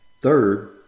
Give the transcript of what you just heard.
Third